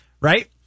right